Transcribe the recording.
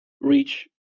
reach